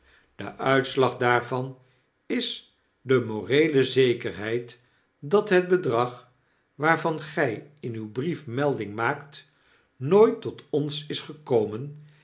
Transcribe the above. de uitslag daarvan is de moreele zekerheid dat het bedrag waarvan gy in uw brief melding maakt nooit tot ons is gekomen